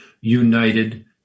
united